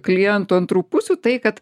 klientų antrų pusių tai kad